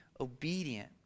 obedient